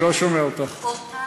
לא דחו את,